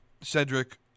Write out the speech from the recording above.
Cedric